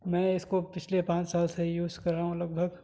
میں اس کو پچھلے پانچ سال سے یوز کر رہا ہوں لگ بھگ